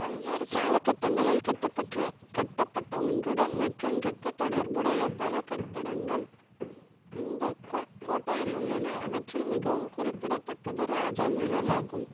பல்வேறு கால கட்டங்களில் கட்டுப்பட்ட கட்டுப்பட்ட ஒன்றுடன் மற்றொன்றுக்குத் தொடர்புடைய பல கட்டடங்கள் இந்தக் கோட்டையில் உள்ளன அவற்றில் மிகவும் குறிப்பிடத்தக்கது ராஜா மஹால் ஆகும்